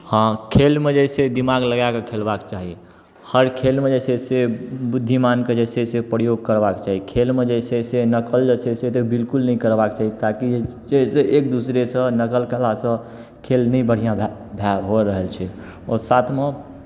हँ खेलमे जे छै दिमाग लगाए कऽ खेलबाक चाही हर खेलमे जे छै से बुद्धिमानके जे छै से प्रयोग करबाक चाही खेलमे जे छै से नकल जे छै से तऽ बिल्कुल नहि करबाक चाही ताकि जे छै से एक दूसरेसँ नकल कयलासँ खेल नहि बढ़िआँ भए भए भऽ रहल छै आओर साथमे